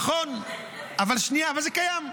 נכון, אבל זה קיים.